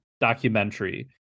documentary